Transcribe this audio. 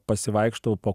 pasivaikštau po